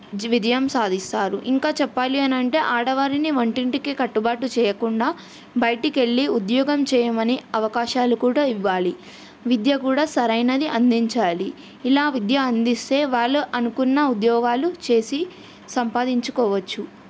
ధి విజయం సాధిస్తారు ఇంకా చెప్పాలి అనంటే ఆడవారిని వంటింటికి కట్టుబాటు చేయకుండా బయటికెళ్ళి ఉద్యోగం చేయమని అవకాశాలు కూడా ఇవ్వాలి విద్య కూడా సరైనది అందించాలి ఇలా విద్య అందిస్తే వాళ్ళు అనుకున్న ఉద్యోగాలు చేసి సంపాదించుకోవచ్చు